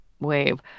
wave